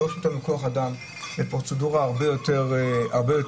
זה דורש יותר כוח אדם וזאת פרוצדורה הרבה יותר קשה,